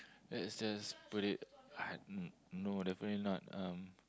let's just put it uh no definitely not um